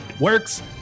works